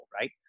right